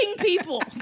people